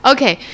Okay